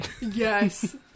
Yes